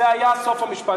זה היה סוף המשפט.